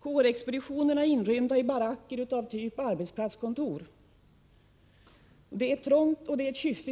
Kårexpeditionerna är inrymda i baracker av typ arbetsplatskontor. Lokalerna är trånga och kyffiga.